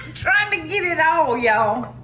trying to get it all y'all.